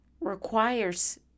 requires